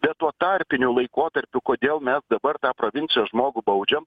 bet tuo tarpiniu laikotarpiu kodėl mes dabar tą provincijos žmogų baudžiam